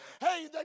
hey